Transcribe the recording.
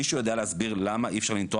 מישהו יודע להסביר למה אי אפשר לנטוע